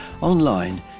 online